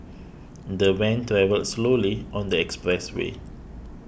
the van travelled slowly on the expressway